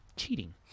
cheating